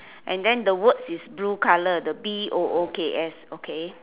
and then the words is blue colour the b o o k s okay